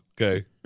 okay